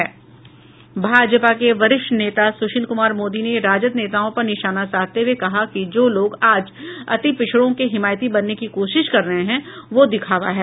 भाजपा के वरिष्ठ नेता सुशील कुमार मोदी ने राजद नेताओं पर निशाना साधते हुए कहा है कि जो लोग आज अतिपिछड़ों के हिमायती बनने की कोशिश कर रहे हैं वो दिखावा है